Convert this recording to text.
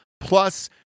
plus